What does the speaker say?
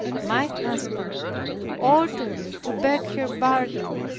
my husband ordered me to beg her pardon,